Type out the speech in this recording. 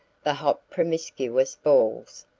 the hot promiscuous balls,